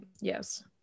yes